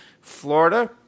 Florida